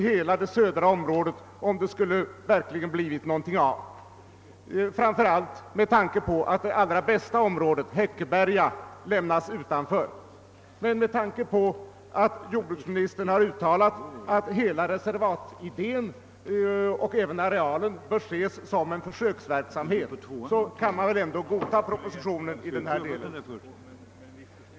Hela det södra om rådet borde ha ingått i reservatet, framför allt med tanke på att det allra bästa området, Häckeberga, inte bort lämnas utanför. Men eftersom jordbruksministern har uttalat att reservatidén som sådan och alltså även arealen bör ses som en försöksverksamhet kan väl propositionen i den delen godtas.